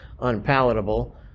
unpalatable